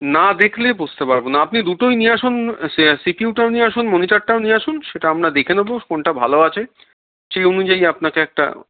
না দেখলেই বুসতে পারবো না আপনি দুটোই নিয়ে আসুন সিপিউটাও নিয়ে আসুন মনিিটারটাও নিয়ে আসুন সেটা আমরা দেখে নেবো কোনটা ভালো আছে সেই অনুযায়ী আপনাকে একটা